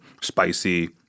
spicy